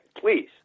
please